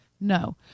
No